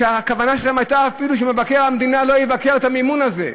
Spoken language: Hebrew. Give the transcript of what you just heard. הכוונה שלהן הייתה שאפילו מבקר המדינה לא יבקר את המימון הזה.